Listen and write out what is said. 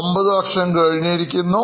ഒമ്പതു വർഷം കഴിഞ്ഞിരിക്കുന്നു